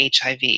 HIV